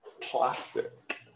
Classic